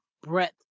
breath